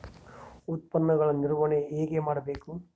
ಉತ್ಪನ್ನಗಳ ನಿರ್ವಹಣೆ ಹೇಗೆ ಮಾಡಬೇಕು?